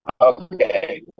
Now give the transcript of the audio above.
okay